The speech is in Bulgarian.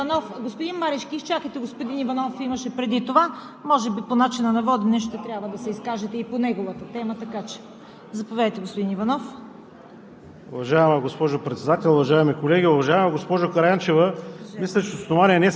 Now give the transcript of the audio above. По начина на водене – господин Марешки, заповядайте. Първо, господин Иванов. Господин Марешки, изчакайте. Господин Иванов искаше преди това. Може би е по начина на водене и ще трябва да се изкажете и по неговата тема, така че… Заповядайте, господин Иванов